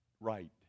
right